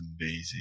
amazing